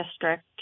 district